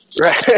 right